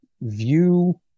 view